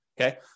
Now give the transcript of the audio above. Okay